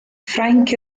ffrainc